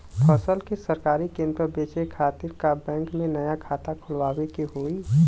फसल के सरकारी केंद्र पर बेचय खातिर का बैंक में नया खाता खोलवावे के होई?